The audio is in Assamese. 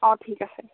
অঁ ঠিক আছে